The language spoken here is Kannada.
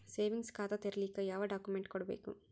ಸೇವಿಂಗ್ಸ್ ಖಾತಾ ತೇರಿಲಿಕ ಯಾವ ಡಾಕ್ಯುಮೆಂಟ್ ಕೊಡಬೇಕು?